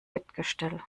bettgestell